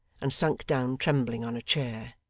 and sunk down trembling on a chair.